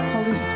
Holy